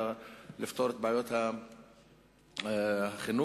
לפתור את בעיות החינוך,